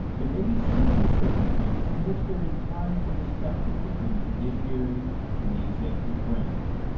there may be certain circumstances in which there is time for discussion between the judiciary and the executive branch.